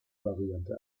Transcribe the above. variante